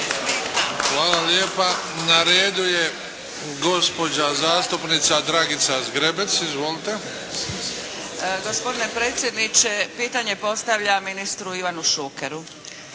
Hvala lijepa. Na redu je gospođa zastupnica Dragica Zgrebec, izvolite. **Zgrebec, Dragica (SDP)** Gospodine predsjedniče, pitanje postavljam ministru Ivanu Šukeru.